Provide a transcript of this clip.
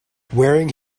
wearing